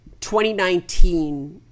2019